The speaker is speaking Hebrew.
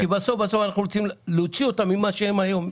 כי המטרה שלנו היא להקפיץ אותם למעלה לעומת מה שהם היום.